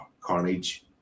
carnage